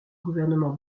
gouvernement